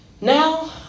Now